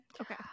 okay